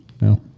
No